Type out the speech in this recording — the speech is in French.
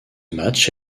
match